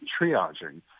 triaging